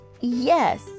yes